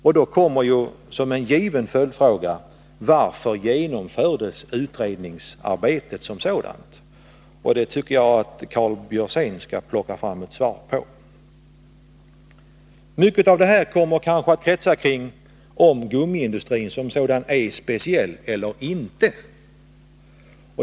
Och då kommer ju som en given följdfråga: Varför genomfördes utredningsarbetet över huvud taget? Det tycker jag att Karl Björzén skall plocka fram ett svar på. Mycket av det här kommer kanske att kretsa kring frågan om gummiindustrin är speciell eller inte.